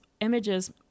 images